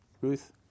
Ruth